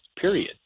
period